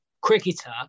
cricketer